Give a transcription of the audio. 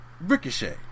Ricochet